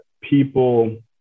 people